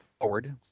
forward